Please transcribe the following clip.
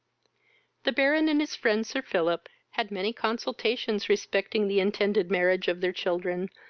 the baron and his friend, sir philip, had many consultations respecting the intended marriage of their children,